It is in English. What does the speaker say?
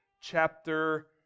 chapter